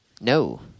No